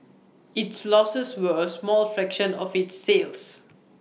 its losses were A small fraction of its sales